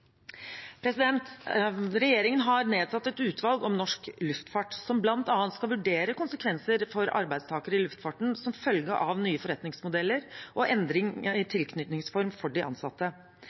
Regjeringen har nedsatt et utvalg om norsk luftfart, som bl.a. skal vurdere konsekvenser for arbeidstakere i luftfarten som følge av nye forretningsmodeller og endring i tilknytningsform for de ansatte.